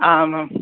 आमां